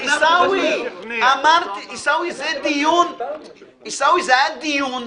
עיסאווי, זה היה דיון,